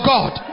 God